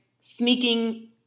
sneaking